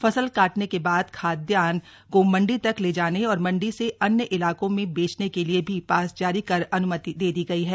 फसल काटने के बाद खाद्यान्न सामग्री को मंडी तक ले जाने और मंडी से अन्य इलाकों में बेचने के लिए भी पास जारी कर अन्मति दे दी गई है